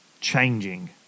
changing